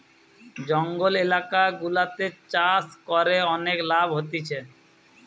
জঙ্গল এলাকা গুলাতে চাষ করে অনেক লাভ হতিছে